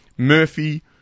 Murphy